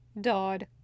Dodd